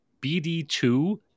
BD2